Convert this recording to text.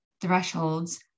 thresholds